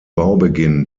baubeginn